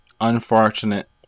unfortunate